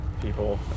people